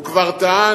הוא כבר טען,